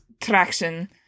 traction